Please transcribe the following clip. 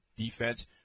defense